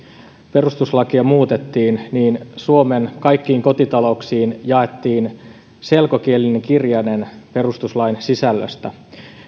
perustuslakia muutettiin niin suomen kaikkiin kotitalouksiin jaettiin selkokielinen kirjanen perustuslain sisällöstä